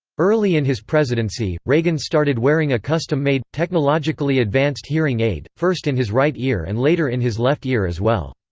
early in his presidency, reagan started wearing a custom-made, technologically advanced hearing aid, first in his right ear and later in his left ear as well.